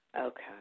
okay